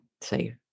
say